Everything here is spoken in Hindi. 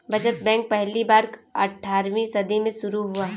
बचत बैंक पहली बार अट्ठारहवीं सदी में शुरू हुआ